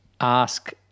ask